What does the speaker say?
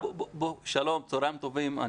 שלום, צהריים טובים.